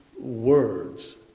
words